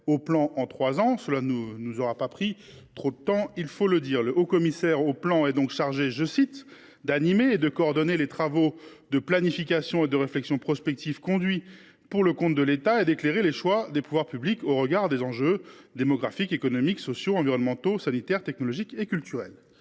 au plan en trois ans. Cela ne nous aura pas pris trop de temps ! Le haut commissaire au plan est donc « chargé d’animer et de coordonner les travaux de planification et de réflexion prospective conduits pour le compte de l’État et d’éclairer les choix des pouvoirs publics au regard des enjeux démographiques, économiques, sociaux, environnementaux, sanitaires, technologiques et culturels